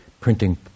printing